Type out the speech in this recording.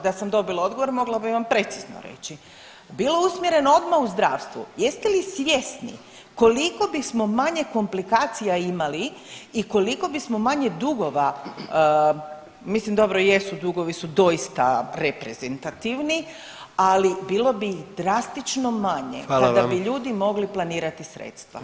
Da sam dobila odgovor mogla bih vam precizno reći bilo usmjereno odmah u zdravstvo, jeste li svjesni koliko bismo manje komplikacija imali i koliko bismo manje dugova, mislim jesu, dugovi su doista reprezentativni ali bi bilo drastično manje kada bi ljudi mogli planirati sredstva.